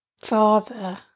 father